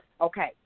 okay